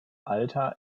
alter